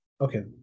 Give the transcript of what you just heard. okay